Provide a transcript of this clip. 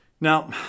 Now